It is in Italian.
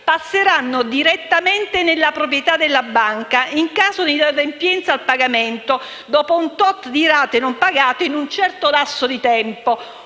passeranno direttamente nella proprietà della banche in caso di inadempienza nel pagamento dopo un certo numero di rate non pagate in un determinato lasso di tempo.